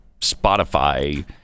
Spotify